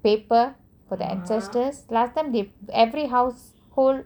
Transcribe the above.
paper for their ancestors last time they every household